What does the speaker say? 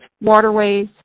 waterways